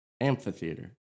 Amphitheater